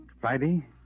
Friday